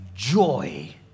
joy